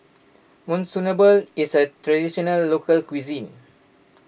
Monsunabe is a Traditional Local Cuisine